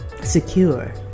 secure